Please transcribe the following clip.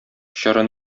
чоры